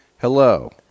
Hello